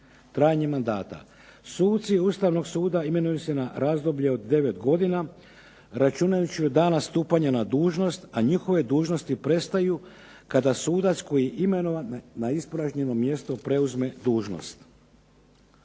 "trajanje mandata, suci Ustavnog suda imenuju se na razdoblje od devet godina računajući od dana stupanja na dužnost, a njihove dužnosti prestaju kada sudac koji je imenovan na ispražnjeno mjesto preuzme dužnost".